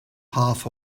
half